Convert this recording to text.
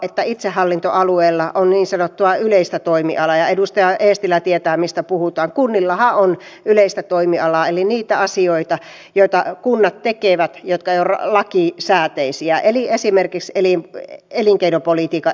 keski suomeen on niin sanottua yleistä toimialaaedustaja eestilä tietää mistä rakenteilla kuitenkin aivan uusia sellutehtaita muun muassa äänekoskelle varkauteen ja kuopioon jotka tarvitsevat edullista vesiväylää edullisimpana ja vähiten saastumista aiheuttavana kuljetusmuotona